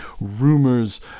rumors